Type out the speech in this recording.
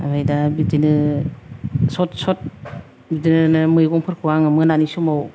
ओमफ्राय दा बिदिनो सत सत बिदिनो मैगं फोरखौ आङो मोनानि समाव